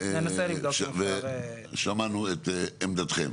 שמענו את עמדתכם.